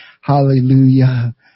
Hallelujah